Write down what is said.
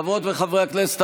חברות וחברי הכנסת,